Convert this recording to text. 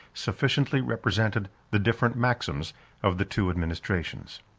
sufficiently represented the different maxims of the two administrations.